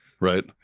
right